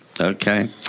Okay